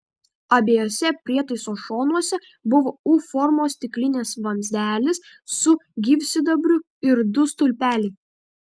abiejuose prietaiso šonuose buvo u formos stiklinis vamzdelis su gyvsidabriu ir du stulpeliai